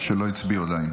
שעדיין לא הצביעו.